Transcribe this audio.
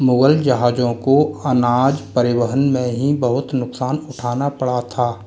मुगल जहाज़ों को अनाज परिवहन में ही बहुत नुकसान उठाना पड़ा था